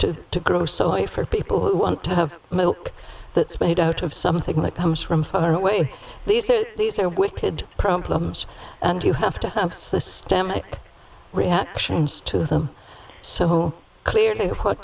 to to grow so if for people who want to have milk that's made out of something that comes from far away these these are wicked plums and you have to have systemic reactions to them so clear what